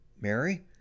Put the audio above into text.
Mary